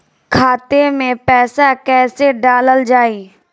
खाते मे पैसा कैसे डालल जाई?